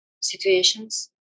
situations